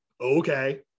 okay